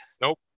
nope